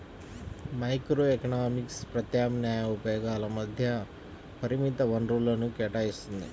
microeconomics ప్రత్యామ్నాయ ఉపయోగాల మధ్య పరిమిత వనరులను కేటాయిత్తుంది